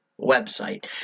website